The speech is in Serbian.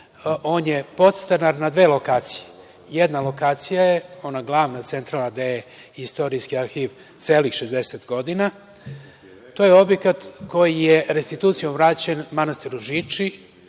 on je podstanar na dve lokacije. Jedna lokacija je ona glavna centralna gde je istorijski arhiv celih 60 godina, i to je objekat koji je restitucijom vraćen Manastiru Žiči,